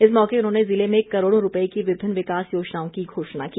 इस मौके उन्होंने जिले में करोड़ों रूपए की विभिन्न विकास योजनाओं की घोषणा की